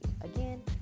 Again